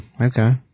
okay